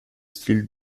styles